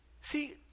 see